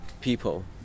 people